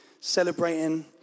celebrating